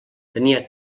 tenia